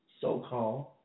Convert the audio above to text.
so-called